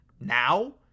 now